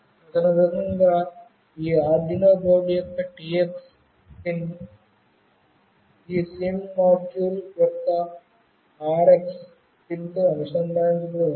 కాబట్టి తదనుగుణంగా ఈ ఆర్డునో బోర్డు యొక్క టిఎక్స్ పిన్ ఈ సిమ్ మాడ్యూల్ యొక్క ఆర్ఎక్స్ పిన్తో అనుసంధానించబడి ఉండాలి